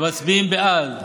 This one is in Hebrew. מצביעים בעד,